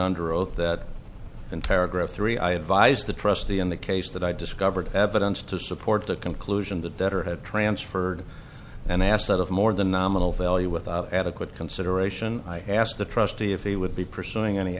under oath that in paragraph three i advised the trustee in the case that i discovered evidence to support the conclusion that that or had transferred an asset of more than nominal value without adequate consideration i asked the trustee if he would be pursuing any